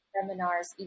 Seminars